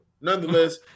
Nonetheless